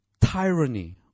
tyranny